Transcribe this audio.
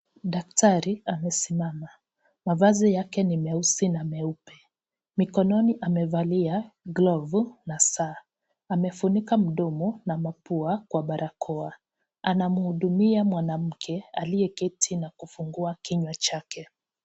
Daktari amesimama. Mavazi yake ni mweusi na mweupe. Mikononi amevalia glovu na saa. Amefunika mdomo na mapua kwa barakoa. Anamhudumia mwanamke aliyeketi na kufungua kinywa chake.